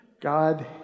God